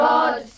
God